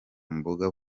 mbogo